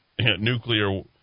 nuclear